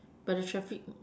but the traffic